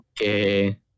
Okay